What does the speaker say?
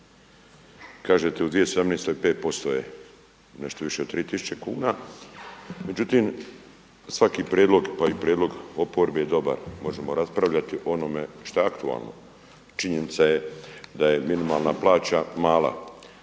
kažete u 2017. 5% je nešto više od 3000 kuna. Međutim svaki prijedlog, pa i prijedlog oporbe je dobar, možemo raspravljati o onome što je aktualno. Činjenica je da je minimalna plaća mala,